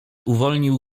uwolnił